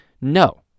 No